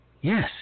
Yes